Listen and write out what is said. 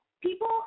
people